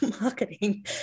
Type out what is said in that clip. marketing